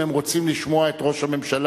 אם הם רוצים לשמוע את ראש הממשלה.